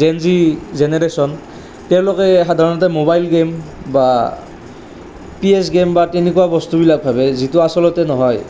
জেন যি জেনেৰেশ্যন তেওঁলোকে সাধাৰণতে ম'বাইল গে'ম বা পিএছ গে'ম বা তেনেকুৱা বস্তুবিলাক ভাবে যিটো আচলতে নহয়